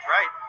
Right